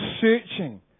searching